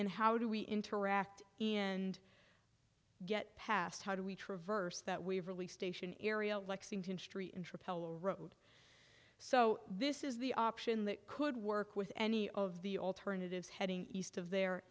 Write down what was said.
and how do we interact in get passed how do we traverse that waverley station area lexington street intra road so this is the option that could work with any of the alternatives heading east of there